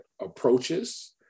approaches